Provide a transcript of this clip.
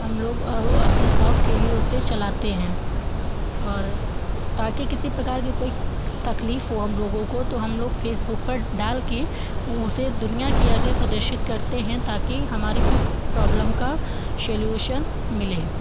हम लोग अपने शौक के लिए उसे चलाते हैं और ताकि किसी प्रकार की तकलीफ हो हम लोगों को तो हम लोग फ़ेसबुक पर डाल के वो उससे दुनिया के आगे प्रदर्शित करते हैं ताकि हमारी उस प्रोब्लम का शेलुशन मिले